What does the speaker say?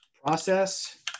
process